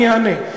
אני אענה.